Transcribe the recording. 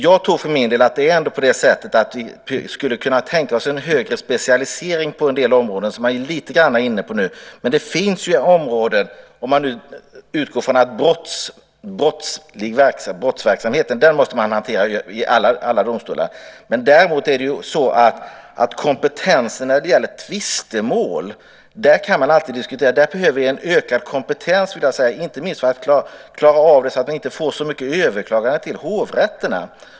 Jag tror för min del att vi skulle kunna tänka oss en högre specialisering på en del områden. Brottsverksamheten måste man hantera i alla domstolar. Däremot kan man alltid diskutera kompetensen när det gäller tvistemål. Där behöver vi en ökad kompetens, inte minst för att inte få så många överklaganden till hovrätterna.